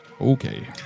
Okay